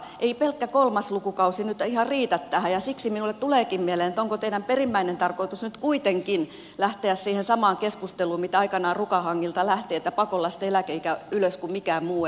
ei pelkkä kolmas lukukausi nyt ihan riitä tähän ja siksi minulle tuleekin mieleen onko teidän perimmäinen tarkoituksenne nyt kuitenkin lähteä siihen samaan keskusteluun joka aikanaan rukan hangilta lähti että pakolla sitten eläkeikä ylös kun mikään muu ei auta